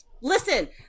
listen